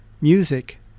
music